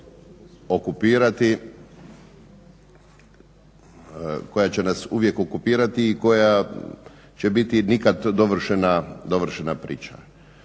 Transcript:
koja će nas uvijek okupirati i koja će biti nikad dovršena priča.